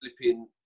flipping